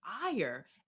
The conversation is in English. ire